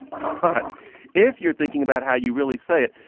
but if you're thinking about how you really say it,